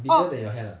bigger than your hand ah